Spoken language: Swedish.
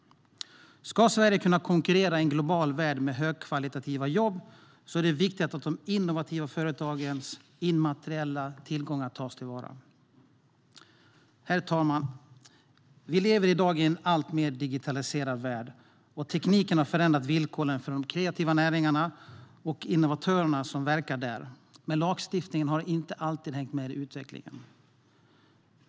Ska Sverige kunna konkurrera i en global värld med högkvalitativa jobb är det viktigt att de innovativa företagens immateriella tillgångar tas till vara. Herr talman! Vi lever i dag i en alltmer digitaliserad värld, och tekniken har förändrat villkoren för de kreativa näringarna och innovatörerna som verkar där. Men lagstiftningen har inte alltid hängt med i utvecklingen.